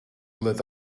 let